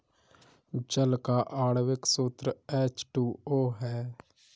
जल का आण्विक सूत्र एच टू ओ है